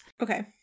okay